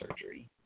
surgery